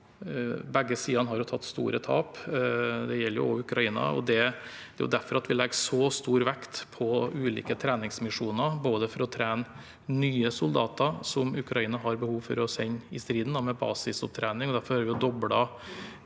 Begge sidene har tatt store tap, det gjelder også Ukraina. Det er derfor vi legger så stor vekt på ulike treningsmisjoner, bl.a. for å trene nye soldater som Ukraina har behov for å sende i striden, med basisopptrening.